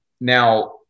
Now